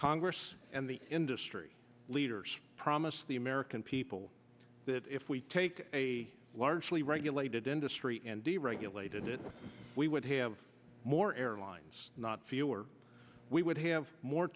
congress and the industry leaders promised the american people that if we take a largely regulated industry and deregulated it we would have more airlines not fewer we would have more